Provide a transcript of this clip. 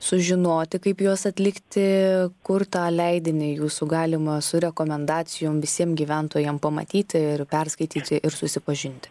sužinoti kaip juos atlikti kur tą leidinį jūsų galima su rekomendacijom visiem gyventojam pamatyti ir perskaityti ir susipažinti